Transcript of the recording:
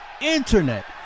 internet